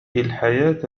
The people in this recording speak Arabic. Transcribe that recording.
الحياة